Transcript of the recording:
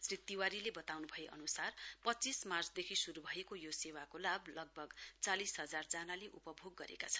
श्री तिवारीले बताउनु भए अनुसार पच्चीस मार्चदेखि शुरू भएको यो सेवाको लाभ लगभग चालिसहजार जनाले उपभोग गरेका छन्